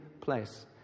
place